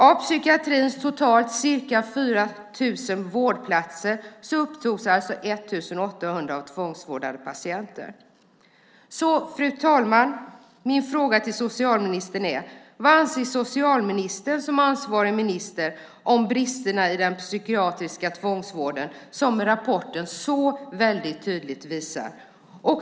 Av psykiatrins totalt ca 4 000 vårdplatser upptogs alltså 1 800 av tvångsvårdade patienter. Fru talman! Min fråga till socialministern är: Vad anser socialministern som ansvarig minister om bristerna i den psykiatriska tvångsvården som rapporten så tydligt visar?